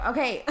Okay